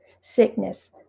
sickness